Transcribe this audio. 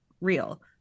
real